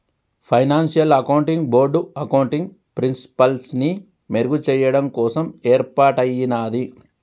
financial accounting board accounting ప్రిన్సిపల్స్ని మెరుగుచెయ్యడం కోసం యేర్పాటయ్యినాది